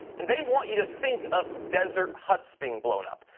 and they want you to think of desert huts being blown up.